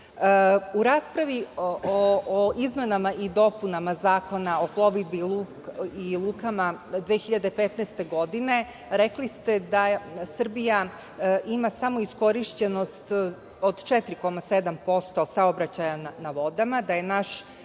raspravi o izmenama i dopunama Zakona o plovidbi i lukama 2015. godine rekli ste da Srbija ima samo iskorišćenost od 4,7% saobraćaja na vodama,